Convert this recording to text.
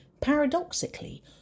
paradoxically